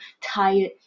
tired